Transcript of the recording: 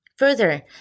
Further